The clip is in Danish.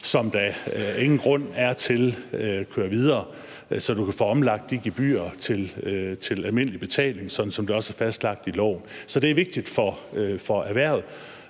som der ingen grund er til kører videre. Så nu kan du få omlagt de gebyrer til almindelig betaling, sådan som det også er fastlagt i loven. Så det er vigtigt for erhvervet,